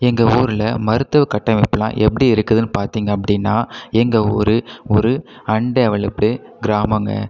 எங்கள் ஊரில் மருத்துவ கட்டமைப்புலாம் எப்படி இருக்குதுன்னு பார்த்தீங்க அப்படின்னா எங்கள் ஊர் ஒரு அன்டெவெலப்டு கிராமங்க